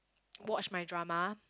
watch my drama